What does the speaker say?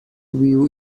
view